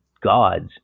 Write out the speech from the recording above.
gods